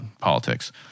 politics